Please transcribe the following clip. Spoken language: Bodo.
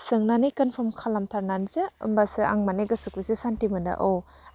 सोंनानै कनफर्म खालामथारनानैसो होम्बासो आं माने गोसोखौ एसे सान्थि मोनो औ